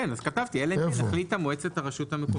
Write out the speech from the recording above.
כתבתי - אלא אם כן החליטה מועצת הרשות המקומית.